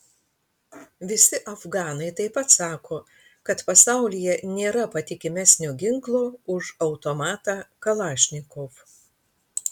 visi afganai taip pat sako kad pasaulyje nėra patikimesnio ginklo už automatą kalašnikov